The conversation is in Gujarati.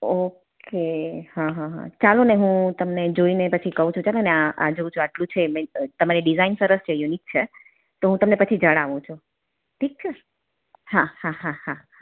ઓકે હ હ હ ચાલોને હું તમને જોઈને પછી કહું છું ચાલોને આ આ જોઉ છું આટલું છે લાઈક તમારી ડિઝાઈન સરસ છે યુનિક છે તો હું તમને પછી જણાવું છું ઠીક છે હા હા હા હા હા હા